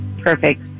perfect